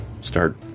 start